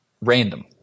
random